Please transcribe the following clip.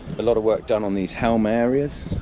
a lot of work done on these helm areas,